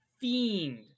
fiend